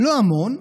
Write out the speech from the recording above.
לא המון,